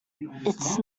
it’s